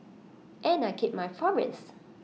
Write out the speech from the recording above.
and I kept my promise